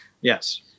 Yes